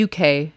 UK